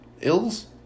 Ills